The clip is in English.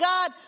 God